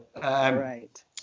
Right